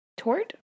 Tort